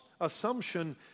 assumption